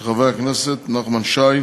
של חברי הכנסת נחמן שי,